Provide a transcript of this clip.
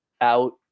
out